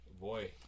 Boy